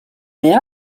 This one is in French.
mais